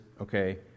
okay